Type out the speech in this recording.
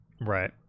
Right